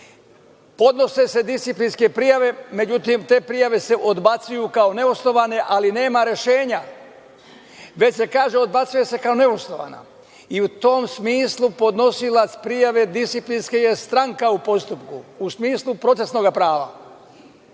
Podnose se disciplinske prijave, međutim, te prijave se odbacuju kao neosnovane, ali nema rešenja, već se kaže da se odbacuje kao neosnovana. U tom smislu podnosilac disciplinske prijave je stranka u postupku, u smislu procesnog prava. Zbog